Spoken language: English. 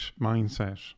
mindset